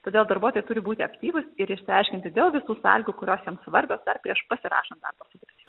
todėl darbuotojai turi būti aktyvus ir išsiaiškinti dėl visų sąlygų kurios jiems svarbios dar prieš pasirašant darbo sutartį